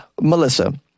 Melissa